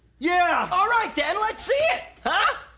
yeah! alright then let's see it! huh?